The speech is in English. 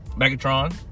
Megatron